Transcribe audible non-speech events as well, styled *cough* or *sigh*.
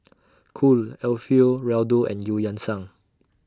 *noise* Cool Alfio Raldo and EU Yan Sang